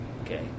okay